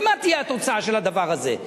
הרי מה תהיה התוצאה של הדבר הזה?